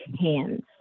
hands